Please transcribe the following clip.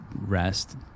rest